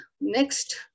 Next